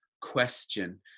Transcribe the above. question